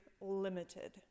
limited